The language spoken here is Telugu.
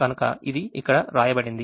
కనుక ఇది ఇక్కడ వ్రాయబడింది